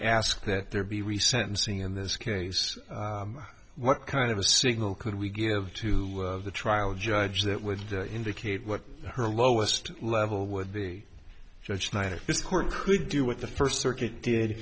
ask that there be we sentencing in this case what kind of a signal could we give to the trial judge that would indicate what her lowest level would be judged night or this court could do with the first circuit did